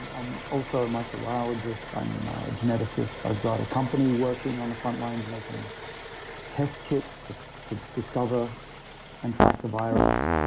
i'm also a microbiologist. i'm ah a geneticist. i've got a company working on the front lines making test kits to to discover and track the virus.